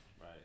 right